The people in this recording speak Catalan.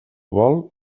vol